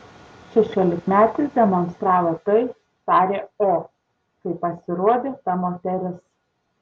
šešiolikmetis demonstravo tai tarė o kai pasirodė ta moteris